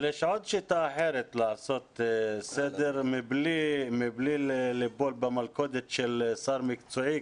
אבל יש עוד שיטה אחרת לעשות סדר מבלי ליפול במלכודת של שר מקצועי,